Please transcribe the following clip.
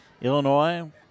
Illinois